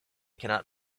cannot